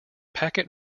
packet